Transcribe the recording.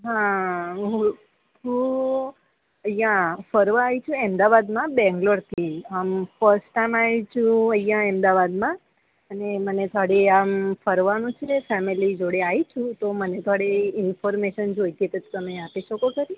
હા હું હું અહીંયા ફરવા આવી છું અમદાવાદમાં બેંગલોરથી હંમ ફર્સ્ટ ટાઇમ આવી છું અહીંયા અમદાવાદમાં અને મને ખાલી આમ ફરવાનું છે ફેમિલી જોડે આવી છું તો મને થોડી ઇન્ફોર્મેશન જોઈતી તી તો તમે આપી શકો ખરી